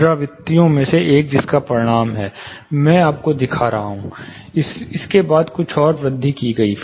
पुनरावृत्तियों में से एक जिसका परिणाम है जो मैं आपको दिखा रहा हूं इसके बाद कुछ और वृद्धि की गई